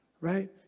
right